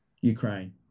Ukraine